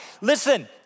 Listen